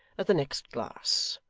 at the next glass.